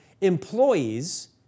employees